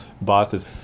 bosses